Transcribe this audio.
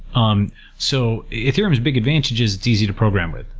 um so ethereum's big advantage is it's easy to program with.